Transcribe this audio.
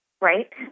right